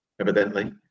evidently